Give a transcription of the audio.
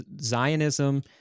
Zionism